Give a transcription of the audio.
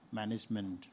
management